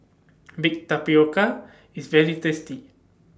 Baked Tapioca IS very tasty